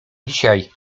dzisiaj